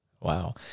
Wow